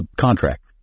contract